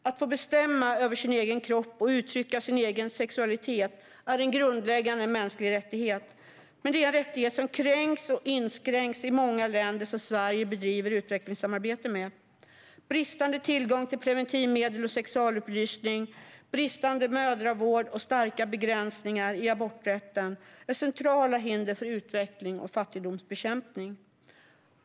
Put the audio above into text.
Att få bestämma över sin egen kropp och uttrycka sin egen sexualitet är en grundläggande mänsklig rättighet, men det är en rättighet som kränks och inskränks i många länder som Sverige bedriver utvecklingssamarbete med. Bristande tillgång till preventivmedel och sexualupplysning, bristande mödravård och starka begränsningar i aborträtten är centrala hinder för utveckling och fattigdomsbekämpning.